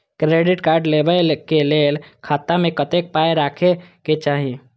Credit card लेबै के लेल खाता मे कतेक पाय राखै के चाही?